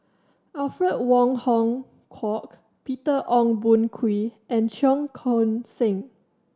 Alfred Wong Hong Kwok Peter Ong Boon Kwee and Cheong Koon Seng